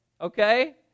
okay